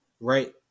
Right